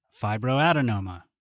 Fibroadenoma